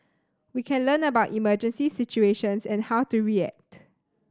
we can learn about emergency situations and how to react